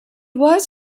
was